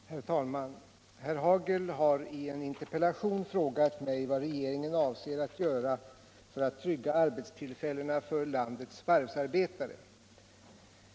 Herr talman! Herr Hagel har i en interpellation frågat mig vad regeringen avser att göra för att trygga arbetstillfällena för landets varvsarbetare.